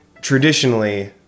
traditionally